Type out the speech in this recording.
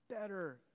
better